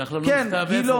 שלח לנו מכתב איפה.